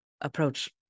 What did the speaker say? approach